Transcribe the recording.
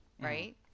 right